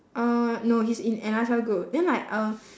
uh no he's in another cell group then like uh